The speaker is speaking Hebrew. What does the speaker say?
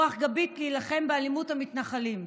רוח גבית להילחם באלימות המתנחלים,